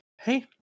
Hey